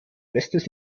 bestes